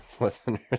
listeners